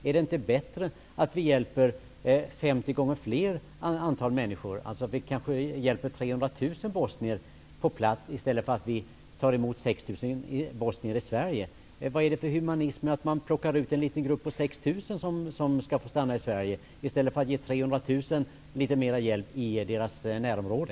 Är det inte bättre att vi hjälper 50 gånger fler människor, att t.ex. hjälpa 300 000 bosnier på plats i stället för att ta emot 6 000 bosnier i Sverige? Vad är det för humanism att plocka ut en liten grupp på 6 000 människor som skall få komma till Sverige i stället för att ge 300 000 människor hjälp i deras närområde?